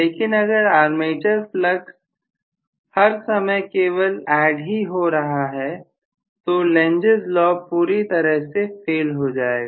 लेकिन अगर armature flux हर समय केवल ऐड ही हो तो लेंज लॉ पूरी तरह से फेल हो जाएगा